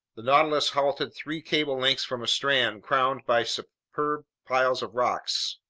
the nautilus halted three cable lengths from a strand crowned by superb piles of rocks.